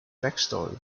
backstory